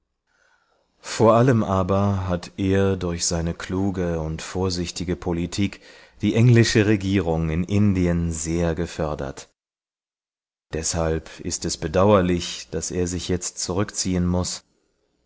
vor allem aber hat er durch seine kluge und vorsichtige politik die englische regierung in indien sehr gefördert deshalb ist es bedauerlich daß er sich jetzt zurückziehen muß